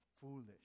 foolish